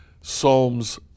Psalms